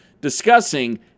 discussing